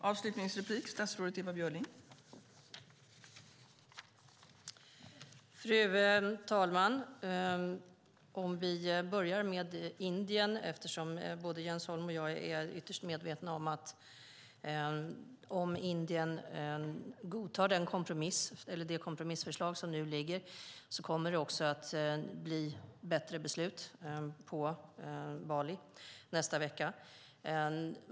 Fru talman! Låt oss börja med Indien eftersom både Jens Holm och jag är ytterst medvetna om att om Indien godtar det kompromissförslag som nu föreligger kommer det också att bli bättre beslut på Bali i nästa vecka.